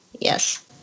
Yes